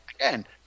again